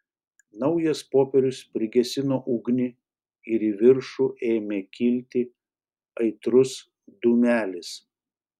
naujas popierius prigesino ugnį ir į viršų ėmė kilti aitrus dūmelis